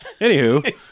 Anywho